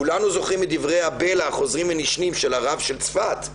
כולנו זוכרים את דברי הבלע החוזרים ונשנים של הרב של צפת,